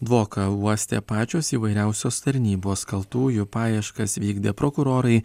dvoką uostė pačios įvairiausios tarnybos kaltųjų paieškas vykdė prokurorai